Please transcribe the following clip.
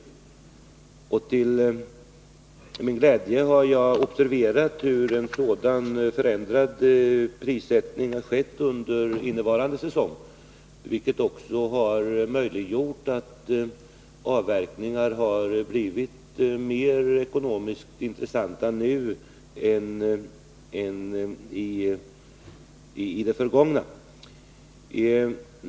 Till min glädje har jag observerat hur en sådan förändrad prissättning har skett under innevarande säsong, vilket också har gjort att avverkningarna har blivit mer ekonomiskt intressanta än i det förgångna.